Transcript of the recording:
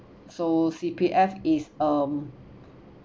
so C_P_F is um